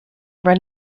run